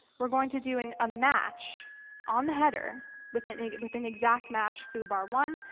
we're going to do and a match on the header with an with an exact match foo b a r one.